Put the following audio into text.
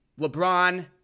LeBron